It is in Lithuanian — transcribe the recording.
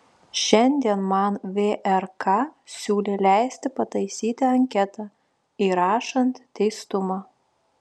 šiandien man vrk siūlė leisti pataisyti anketą įrašant teistumą